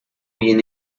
bien